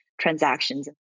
Transactions